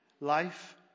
life